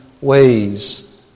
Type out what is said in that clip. ways